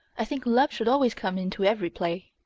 i think love should always come into every play.